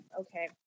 okay